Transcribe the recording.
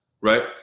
right